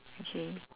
okay